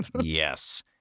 Yes